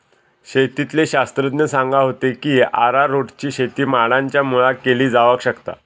शेतीतले शास्त्रज्ञ सांगा होते की अरारोटची शेती माडांच्या मुळाक केली जावक शकता